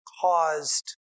caused